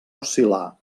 oscil·lar